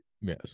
Yes